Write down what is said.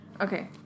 Okay